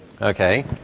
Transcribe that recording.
okay